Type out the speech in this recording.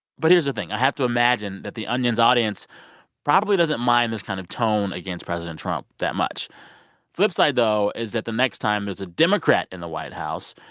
but here's the thing, i have to imagine that the onion's audience probably doesn't mind this kind of tone against president trump that much flipside, though, is that the next time there's a democrat in the white house,